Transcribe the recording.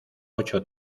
ocho